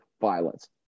violence